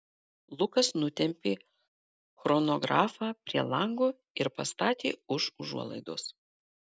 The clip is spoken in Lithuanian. lukas nutempė chronografą prie lango ir pastatė už užuolaidos